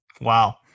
Wow